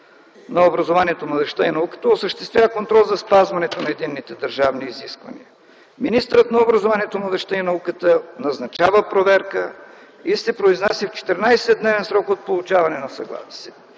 комисия, а еднолично – осъществява контрол за спазването на единните държавни изисквания. Министърът на образованието, младежта и науката назначава проверка и се произнася в 14-дневен срок от получаване на сигнала.